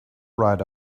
ride